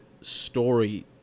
Story